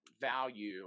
value